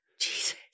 Jesus